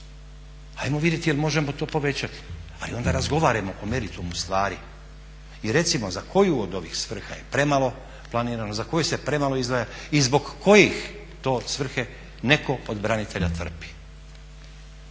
Hajmo vidjeti jel' možemo to povećati? Ali onda razgovarajmo o meritumu stvari i recimo za koju od ovih svrha je premalo planirano, za koju se premalo izdvaja i zbog kojih to svrhe netko od branitelja trpi.